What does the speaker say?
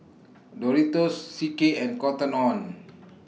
Doritos C K and Cotton on